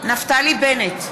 נפתלי בנט,